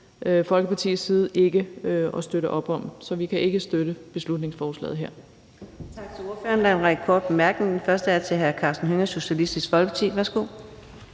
Folkepartis side ikke at støtte op om. Så vi kan ikke støtte beslutningsforslaget.